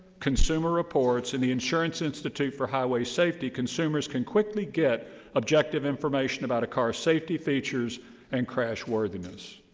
consumer reports and the insurance institute for highway safety, consumers can quickly get objective information about a car's safety features and crashworthiness.